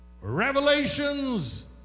Revelations